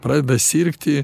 pradeda sirgti